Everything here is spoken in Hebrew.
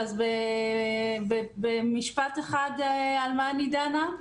אז רק במשפט אחד על מה אני דנה?